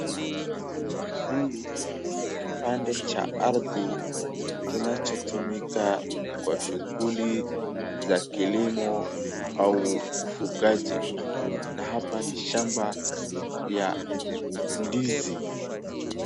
Hii ni kipande cha ardhi kinachotumika kwa shughuli za kilimo au ufugaji. Na hapa ni shamba ya ndizi.